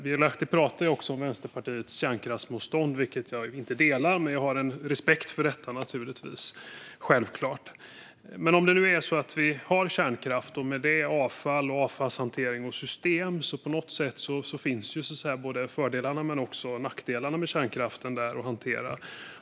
Birger Lahti talar om Vänsterpartiets kärnkraftsmotstånd, vilket jag inte delar men självklart har respekt för. Men om vi nu har kärnkraft - och med den avfall, avfallshantering och system - finns på något sätt både fördelarna och nackdelarna med kärnkraften där att hantera.